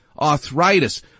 arthritis